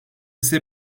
ise